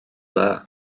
dda